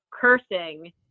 cursing